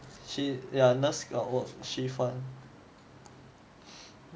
she yeah nurse got work chiffon